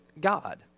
God